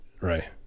Right